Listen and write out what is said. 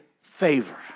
favor